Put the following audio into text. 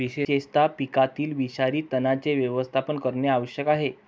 विशेषतः पिकातील विषारी तणांचे व्यवस्थापन करणे आवश्यक आहे